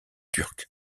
turcs